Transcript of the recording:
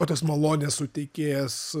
o tas malonės suteikėjas